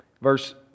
Verse